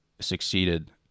succeeded